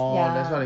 ya